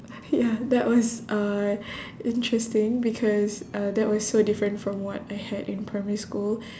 ya that was uh interesting because uh that was so different from what I had in primary school